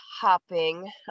hopping